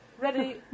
Ready